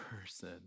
person